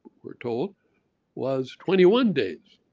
we're told was twenty one days,